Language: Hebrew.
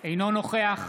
אינו נוכח